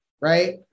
right